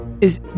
Is-